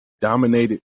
dominated